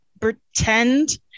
pretend